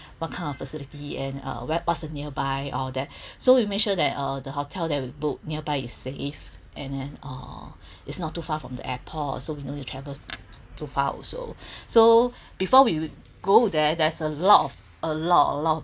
what kind of facility and uh what's the nearby all that so you make sure that uh the hotel that we book nearby is safe and then uh is not too far from the airport so we know you traveled too far also so before we go there there's a lot of a lot of a lot